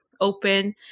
open